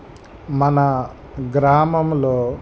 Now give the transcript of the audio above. మన గ్రామములో